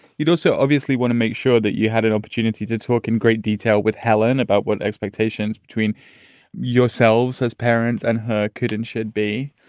you know, so obviously want to make sure that you had an opportunity to talk in great detail with helen about what expectations between yourselves as parents and her kids should be.